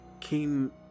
came